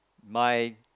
my